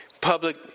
public